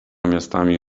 miastami